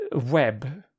web